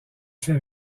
fait